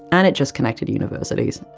and it just connected universities,